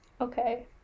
Okay